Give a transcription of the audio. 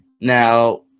Now